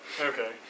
Okay